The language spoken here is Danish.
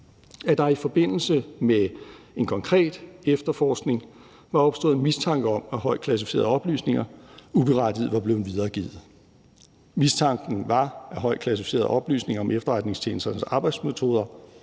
at der i forbindelse med en konkret efterforskning var opstået en mistanke om, at højtklassificerede oplysninger uberettiget var blevet videregivet. Mistanken var, at højtklassificerede oplysninger om efterretningstjenesternes arbejdsmetoder